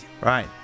Right